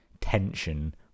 tension